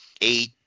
eight